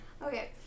Okay